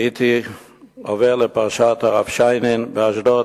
הייתי עובר לפרשת הרב שיינין באשדוד,